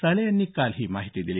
साले यांनी काल ही माहिती दिली